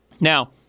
Now